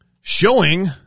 showing